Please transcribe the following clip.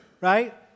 right